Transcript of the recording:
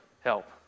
help